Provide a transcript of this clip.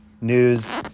news